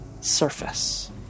surface